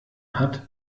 hat